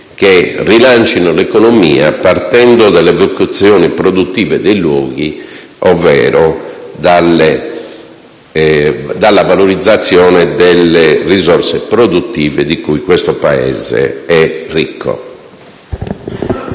che rilancino l'economia partendo dalle vocazioni produttive dei luoghi ovvero dalla valorizzazione delle risorse produttive di cui questo Paese è ricco.